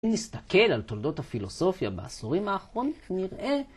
אם נסתכל על תולדות הפילוסופיה בעשורים האחרון, נראה...